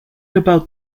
about